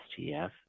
STF